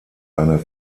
einer